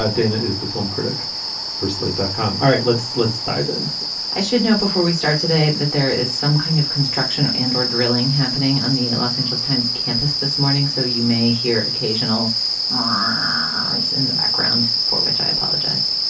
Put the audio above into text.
ah dana is the film critic for slate dot com. all right. let's let's dive in i should know before we start today that there is some kind of construction and or drilling happening on the los angeles times campus this morning so you may hear occasional ah runs in the background for which i apologize